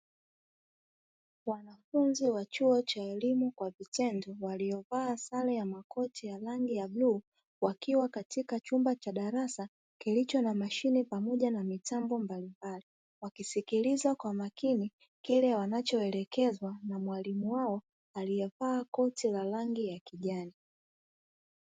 Wanafunzi wa chuo cha elimu kwa vitendo, walio vaa sare ya makoti ya rangi ya bluu, wakiwa katika chumba cha darasa. Kilicho na mashine pamoja na mitambo mbalimbali, wakisikiliza kwa makini kile wanacho elekezwa na mwalimu wao, aliye vaa koti la rangi ya kijani.